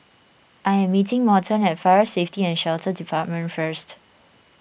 I am meeting Morton at Fire Safety and Shelter Department first